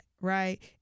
right